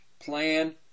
plan